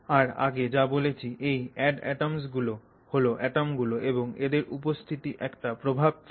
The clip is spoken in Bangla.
আর আগে যা বলেছি এই adatoms গুলো হল অ্যাটম গুলো এবং এদের উপস্থিতি একটা প্রভাব ফেলে